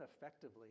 effectively